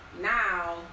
now